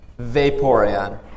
Vaporeon